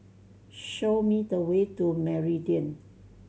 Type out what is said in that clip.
show me the way to Meridian